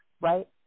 right